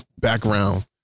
background